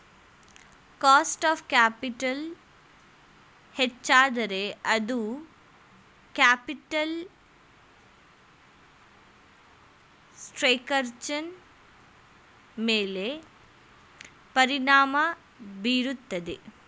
cost of capital ಹೆಚ್ಚಾದರೆ ಅದು capital ಸ್ಟ್ರಕ್ಚರ್ನ ಮೇಲೆ ಪರಿಣಾಮ ಬೀರುತ್ತದೆ